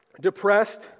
depressed